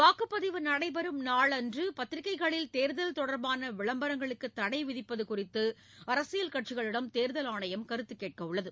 வாக்குப்பதிவு நடைபெறும் நாளன்று பத்திரிக்கைகளில் தேர்தல் தொடர்பான விளம்பரங்களுக்கு தடை விதிப்பது குறித்து அரசியல் கட்சிகளிடம் தேர்தல் ஆணையம் கருத்து கேட்கவுள்ளது